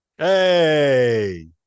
Hey